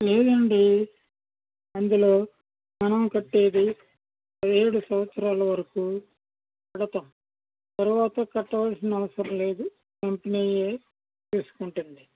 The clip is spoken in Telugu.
లేదండీ అందులో మనం కట్టేది పదిహేడు సంవత్సరాల వరకూ కడతాము తరువాత కట్టవలసిన అవసరం లేదు కంపనీయే తీసుకుంటుంది